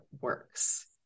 works